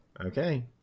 Okay